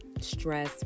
stress